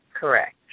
Correct